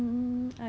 like they